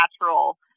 natural